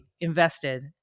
invested